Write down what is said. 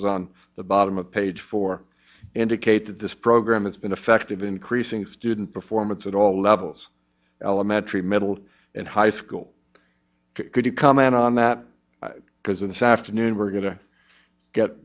is on the bottom of page four indicate that this program has been effective increasing student performance at all levels elementary middle and high school could you comment on that because this afternoon we're going to get